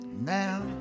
Now